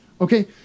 okay